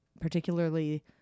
particularly